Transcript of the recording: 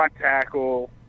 tackle